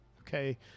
okay